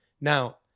now